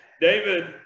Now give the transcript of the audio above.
David